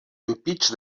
ampits